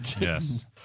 Yes